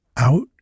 out